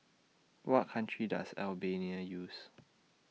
What Country Does Albania use